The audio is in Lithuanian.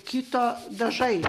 kito dažai